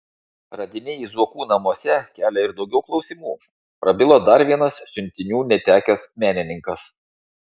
radiniai zuokų namuose kelia ir daugiau klausimų prabilo dar vienas siuntinių netekęs menininkas